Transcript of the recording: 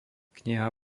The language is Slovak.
kniha